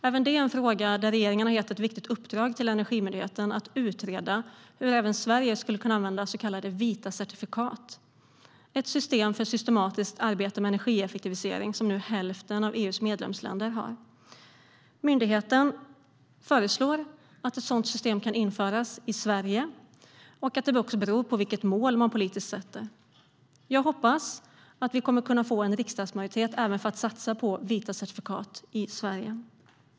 Även det är en fråga där regeringen har gett ett viktigt uppdrag till Energimyndigheten att utreda hur även Sverige skulle kunna använda så kallade vita certifikat. Det är ett system för ett systematiskt arbete med energieffektivisering som nu hälften av EU:s medlemsländer har. Myndigheten föreslår att ett sådant system ska kunna införas i Sverige. Man säger också att det beror på vilket mål man politiskt sätter upp. Jag hoppas att vi kommer att kunna få en riksdagsmajoritet även för att satsa på vita certifikat i Sverige.